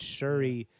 Shuri